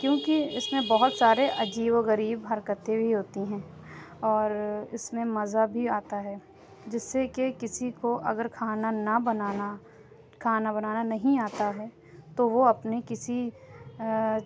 کیوں کہ اِس میں بہت سارے عجیب و غریب حرکتیں بھی ہوتی ہیں اور اِس میں مزہ بھی آتا ہے جس سے کہ کسی کو اگر کھانا نہ بنانا کھانا بنانا نہیں آتا ہے تو وہ اپنے کسی